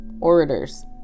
orators